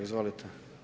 Izvolite.